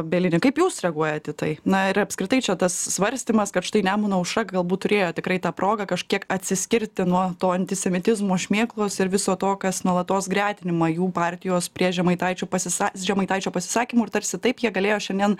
bielini kaip jūs reaguojat į tai na ir apskritai čia tas svarstymas štai nemuno aušra galbūt turėjo tikrai tą progą kažkiek atsiskirti nuo to antisemitizmo šmėklos ir viso to kas nuolatos gretinima jų partijos prie žemaitaičio pasisa žemaitaičio pasisakymų ir tarsi taip jie galėjo šiandien